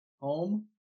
home